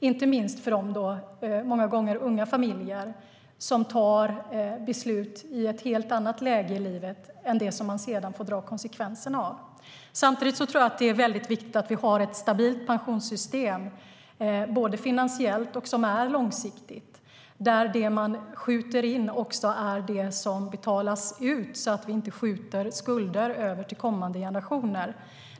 Det gäller inte minst de många gånger unga familjer som fattar beslut i ett helt annat läge i livet än det där de sedan får ta konsekvenserna. Samtidigt tror jag att det är väldigt viktigt att vi har ett pensionssystem som är finansiellt stabilt och långsiktigt och där det man skjuter in är det som betalas ut, så att vi inte skjuter över skulder till kommande generationer.